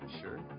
Sure